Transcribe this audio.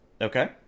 Okay